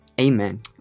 Amen